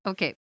Okay